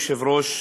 אדוני היושב-ראש,